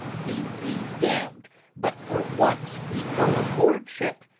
he'd be damned but for once he'd go aboard ship,